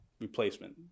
replacement